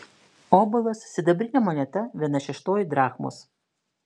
obolas sidabrinė moneta viena šeštoji drachmos